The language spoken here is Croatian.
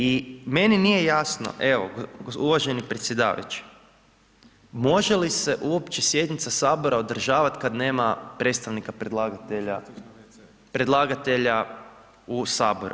I meni nije jasno evo, uvaženi predsjedavajući, može li se uopće sjednica Sabora održavati kada nema predstavnika predlagatelja u Sabor?